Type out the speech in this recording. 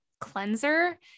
cleanser